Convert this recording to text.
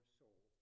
soul